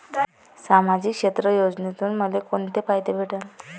सामाजिक क्षेत्र योजनेतून मले कोंते फायदे भेटन?